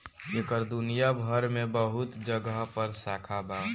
एकर दुनिया भर मे बहुत जगह पर शाखा बा